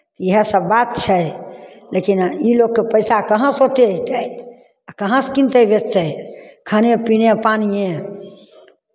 इएहसभ बात छै लेकिन ई लोककेँ पैसा कहाँसँ ओतेक अयतै आ कहाँसँ किनतै बेचतै खाने पीने पानिए